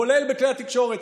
כולל בכלי התקשורת.